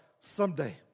someday